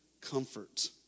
comfort